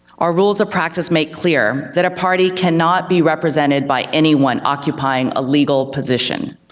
our rules of practice make clear that a party cannot be represented by anyone occupying a legal position,